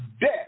death